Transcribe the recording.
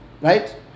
right